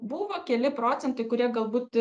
buvo keli procentai kurie galbūt